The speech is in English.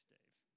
Dave